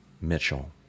Mitchell